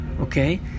okay